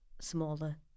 smaller